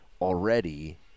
already